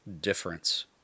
difference